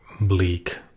bleak